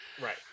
Right